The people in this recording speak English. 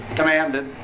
commanded